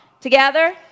Together